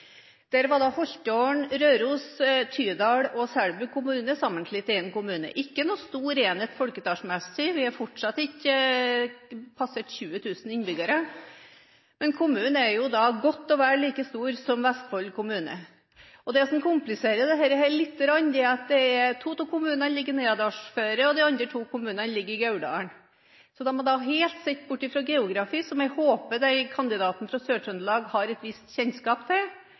Der var Holtålen, Røros, Tydal og Selbu kommuner sammenslått til en kommune – ikke noen stor enhet folketallsmessig, vi har fortsatt ikke passert 20 000 innbyggere, men kommunen blir da godt og vel like stor som Vestfold fylke. Det som kompliserer dette lite grann, er at to av kommunene ligger i Neadalsføret, og de andre to kommunene ligger i Gauldalen. Da har man sett helt bort fra geografi – som jeg håper kandidaten fra Sør-Trøndelag har et visst kjennskap til